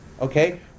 okay